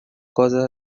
cosa